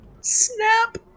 Snap